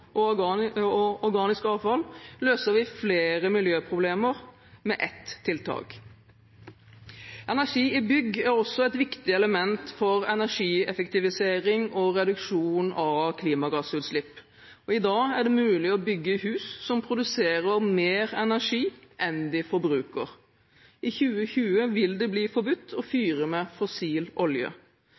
og organisk avfall, løser vi flere miljøproblemer med ett tiltak. Energi i bygg er også et viktig element for energieffektivisering og reduksjon av klimagassutslipp, og i dag er det mulig å bygge hus som produserer mer energi enn de forbruker. I 2020 vil det bli forbudt å fyre med fossil olje.